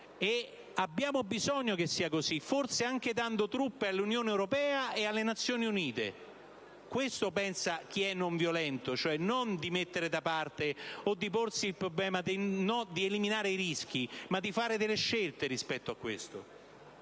Abbiamo bisogno che sia così, forse anche fornendo truppe all'Unione europea e alle Nazioni Unite. Questo pensa chi è non violento: non di mettere da parte o di porsi il problema di eliminare i rischi, ma di fare scelte rispetto a questo.